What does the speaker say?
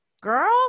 girl